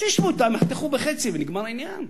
אז שישבו אתם, יחתכו בחצי ונגמר העניין.